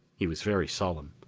he was very solemn.